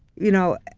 you know,